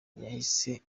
yahise